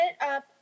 up